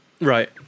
Right